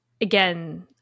again